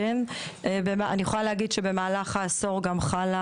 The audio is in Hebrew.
אני יכולה להגיד שבמהלך העשור גם חלה